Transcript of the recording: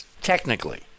Technically